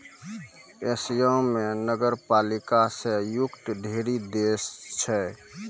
Asia म नगरपालिका स युक्त ढ़ेरी देश छै